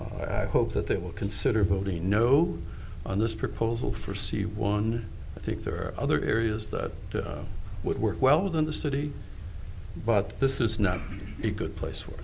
i hope that they will consider voting no on this proposal for c one i think there are other areas that would work well within the city but this is not a good place for